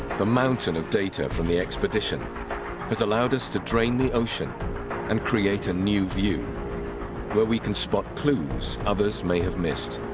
the mountain of data from the expedition that allowed us to drain the ocean and create a new view where we can spot clues others may have missed